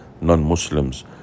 non-muslims